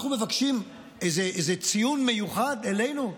אנחנו מבקשים איזה ציון מיוחד לנו?